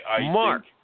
Mark